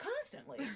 Constantly